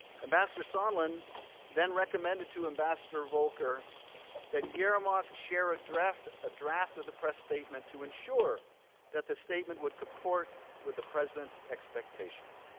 ambassador sondland then recommended to ambassador volker that yermak share a draft ah draft of the press statement to ensure that the statement would comport with the president's expectations.